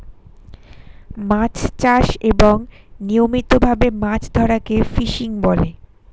মাছ চাষ এবং নিয়মিত ভাবে মাছ ধরাকে ফিশিং বলে